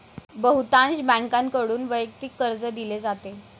बहुतांश बँकांकडून वैयक्तिक कर्ज दिले जाते